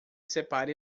separe